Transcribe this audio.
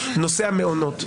נושא המעונות,